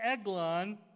Eglon